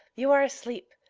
you are asleep,